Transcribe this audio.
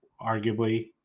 arguably